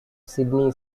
sidney